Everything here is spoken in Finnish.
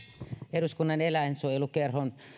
eduskunnan eläinsuojelukerhon